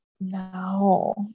no